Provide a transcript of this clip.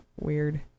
weird